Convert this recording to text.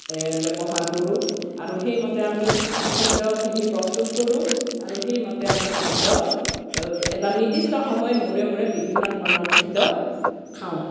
ব্যৱহাৰ কৰোঁ আৰু সেইমতে আমি খাদ্যখিনি প্ৰস্তুত কৰোঁ আৰু সেইমতে আমি খাদ্য এটা নিৰ্দিষ্ট সময়ৰ মূৰে মূৰে বিভিন্ন ধৰণৰ খাদ্য খাওঁ